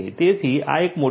તેથી આ એક મોટી સંખ્યા છે